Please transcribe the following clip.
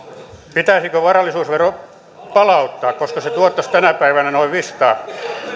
pitäisikö varallisuusvero palauttaa koska se tuottaisi tänä päivänä noin viisisataa